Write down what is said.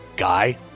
guy